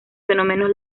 fenómenos